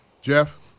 Jeff